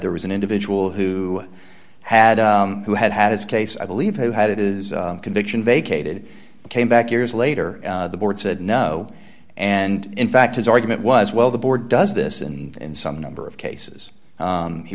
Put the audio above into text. there was an individual who had who had had his case i believe who had it is conviction vacated came back years later the board said no and in fact his argument was well the board does this and in some number of cases